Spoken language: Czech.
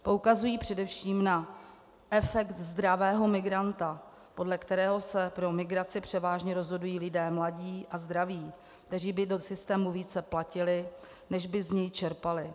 Poukazují především na efekt zdravého migranta, podle kterého se pro migraci převážně rozhodují lidé mladí a zdraví, kteří by do systému více platili, než by z něj čerpali.